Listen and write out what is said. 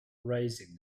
raising